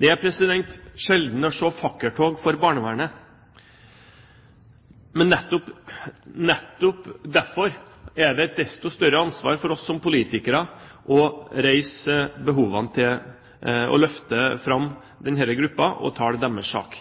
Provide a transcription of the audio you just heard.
Det er sjelden å se fakkeltog for barnevernet. Men nettopp derfor er det et desto større ansvar for oss som politikere å reise behovene til og løfte fram denne gruppen og tale deres sak.